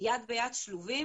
יד ביד שלובים,